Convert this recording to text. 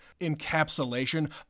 encapsulation